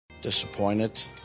Disappointed